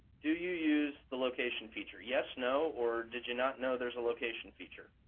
do you use the location feature? yes? no? or did you not know there's a location feature?